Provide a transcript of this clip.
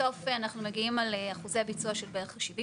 נהרסים בהריסה